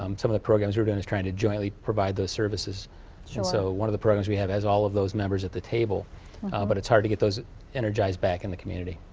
um some of the programs we're doing is trying to jointly provide those services. and so one of the programs we have has all of those members at the table but it's hard to get those energized back in the community.